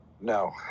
No